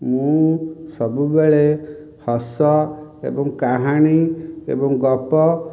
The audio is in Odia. ମୁଁ ସବୁବେଳେ ହସ ଏବଂ କାହାଣୀ ଏବଂ ଗପ